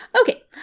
okay